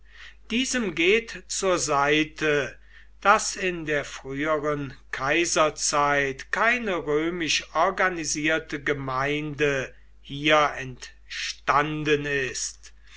diesem geht zur seite daß in der früheren kaiserzeit keine römisch organisierte gemeinde hier entstanden ist